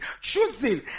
choosing